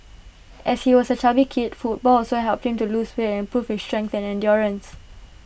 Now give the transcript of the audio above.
as he was A chubby kid football also helped him to lose weight and improve his strength and endurance